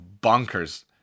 bonkers